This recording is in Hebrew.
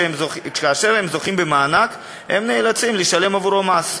כאשר הם זוכים במענק הם נאלצים לשלם עבורו מס.